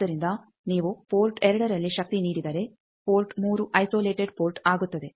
ಆದ್ದರಿಂದ ನೀವು ಪೋರ್ಟ್ 2 ನಲ್ಲಿ ಶಕ್ತಿ ನೀಡಿದರೆ ಪೋರ್ಟ್ 3 ಐಸೋಲೇಟೆಡ್ ಪೋರ್ಟ್ ಆಗುತ್ತದೆ